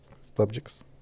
subjects